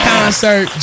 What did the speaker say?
Concert